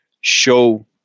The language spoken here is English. show